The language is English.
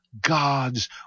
God's